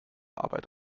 arbeit